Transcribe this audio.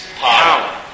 power